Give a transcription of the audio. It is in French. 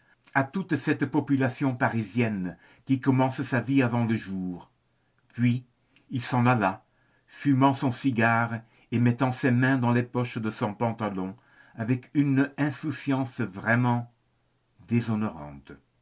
à toute cette population parisienne qui commence sa vie avant le jour puis il s'en alla fumant son cigare et mettant ses mains dans les poches de son pantalon avec une insouciance vraiment déshonorante